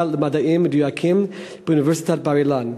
למדעים מדויקים באוניברסיטת בר-אילן.